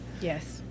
Yes